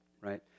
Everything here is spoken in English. right